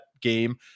game